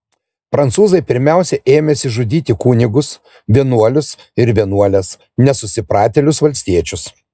prancūzai pirmiausia ėmėsi žudyti kunigus vienuolius ir vienuoles nesusipratėlius valstiečius